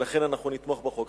ולכן אנחנו נתמוך בחוק.